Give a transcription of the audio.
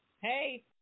Hey